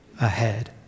ahead